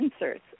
inserts